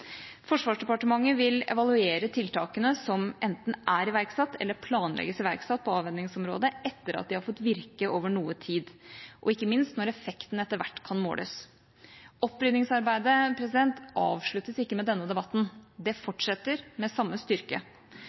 Forsvarsdepartementet vil evaluere tiltakene som enten er iverksatt eller planlegges iverksatt på avhendingsområdet, etter at de har fått virke over noe tid, og ikke minst når effekten etter hvert kan måles. Oppryddingsarbeidet avsluttes ikke med denne debatten. Det fortsetter med samme styrke.